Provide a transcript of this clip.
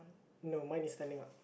no mine is standing out